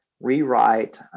rewrite